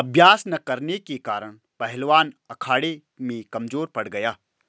अभ्यास न करने के कारण पहलवान अखाड़े में कमजोर पड़ गया